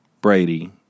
Brady